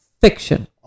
fiction